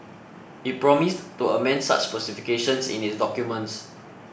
it promised to amend such specifications in its documents